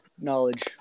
knowledge